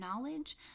knowledge